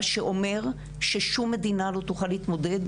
מה שאומר ששום מדינה לא תוכל להתמודד,